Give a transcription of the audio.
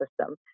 system